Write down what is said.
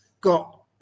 got